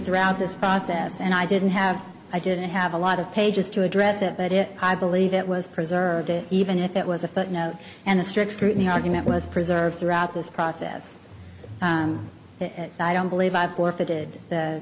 throughout this process and i didn't have i didn't have a lot of pages to address that but it i believe it was preserved even if it was a footnote and a strict scrutiny argument was preserved throughout this process i don't believe i've forfeited